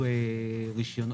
על